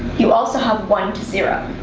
you, also have one to zero